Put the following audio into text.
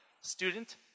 Student